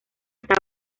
está